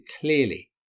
clearly